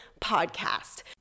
Podcast